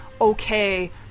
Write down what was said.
okay